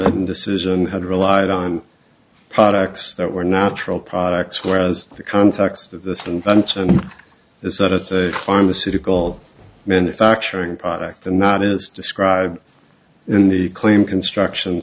l decision had relied on products that were natural products whereas the context of this invention is that it's a pharmaceutical manufacturing product and not as described in the claim construction